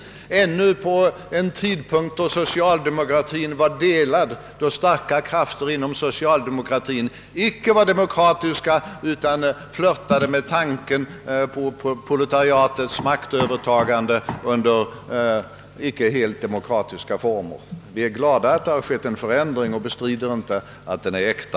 Detta skedde under en period då socialdemokratien ännu var delad, då starka krafter inom socialdemokratien icke var demokratiska utan flirtade med tanken på proletariatets maktövertagande under icke helt demokratiska former. Vi är glada att det har skett en förändring i det avseendet, och bestrider inte att den är äkta.